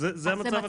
זה המצב הקיים.